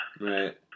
right